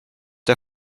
der